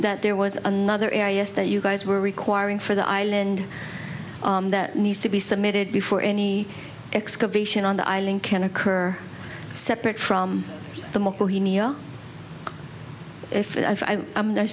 that there was another areas that you guys were requiring for the island that needs to be submitted before any excavation on the island can occur separate from the more if they're